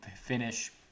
finish